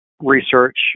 research